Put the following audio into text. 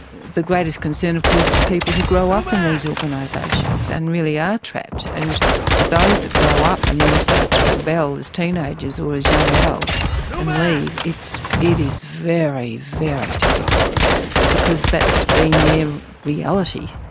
the greatest concern of course is people who grow up in these organisations and really are trapped, and for those that grow up and then start to rebel as teenagers or as young adults and leave, it is very, very difficult because that's been their reality.